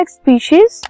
species